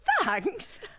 thanks